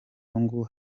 nyungu